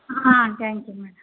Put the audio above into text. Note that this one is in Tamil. ah thank you madam